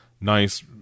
nice